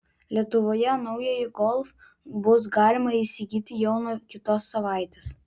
lietuvoje naująjį golf bus galima įsigyti jau nuo kitos savaitės